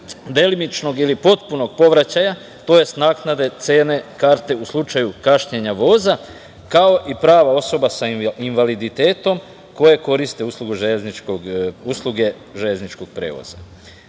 delimičnog ili potpunog povraćaja, tj. naknade cene karte u slučaju kašnjenja voza, kao i prava osoba sa invaliditetom koje koriste usluge železničkog prevoza. Predlog